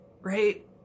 Right